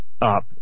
up